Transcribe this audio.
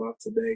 today